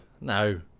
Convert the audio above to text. No